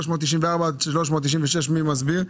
394 עד 396, משרד הקליטה, מי מסביר?